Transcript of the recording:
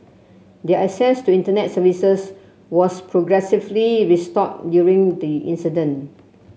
their access to Internet services was progressively restored during the incident